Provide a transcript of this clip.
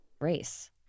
race